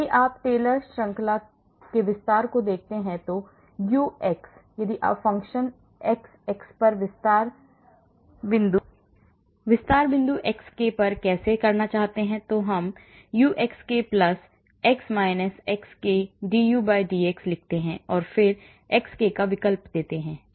यदि आप टेलर श्रृंखला के विस्तार को देखते हैं तो Ux यदि आप फ़ंक्शन एक्सएक्स का विस्तार बिंदु xk पर कैसे करना चाहते हैं तो हम Uxk x xk du dx लिखते हैं और फिर xk का विकल्प देते हैं